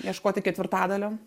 ieškoti ketvirtadalio